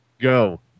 Go